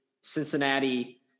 Cincinnati